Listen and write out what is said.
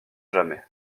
jamais